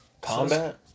Combat